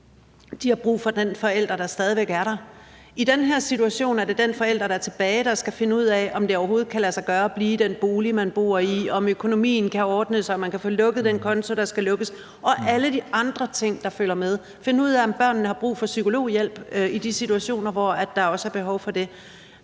De har brug for den forælder, der stadig væk er der. I den her situation er det den forælder, der er tilbage, som skal finde ud af, om det overhovedet kan lade sig gøre at blive i den bolig, man bor i, om økonomien kan ordnes, og om man kan få lukket den konto, der skal lukkes, og alle de andre ting, der følger med, og de skal finde ud af, om børnene har brug for psykologhjælp i de situationer, hvor der også er behov for det,